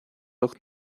ucht